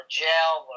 jail